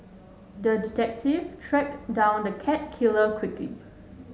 the detective tracked down the cat killer quickly